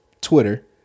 Twitter